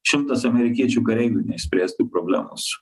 šimtas amerikiečių kareivių neišspręstų problemų su